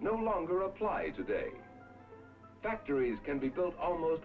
no longer applies today factories can be built almost